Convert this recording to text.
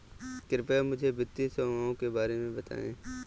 कृपया मुझे वित्तीय सेवाओं के बारे में बताएँ?